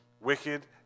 wicked